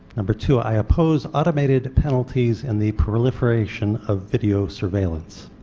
number two i oppose automated penalties and the proliferation of video surveillance.